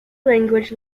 language